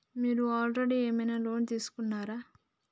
మీరు ఆల్రెడీ ఏమైనా లోన్ తీసుకున్నారా?